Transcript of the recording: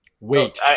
Wait